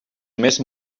més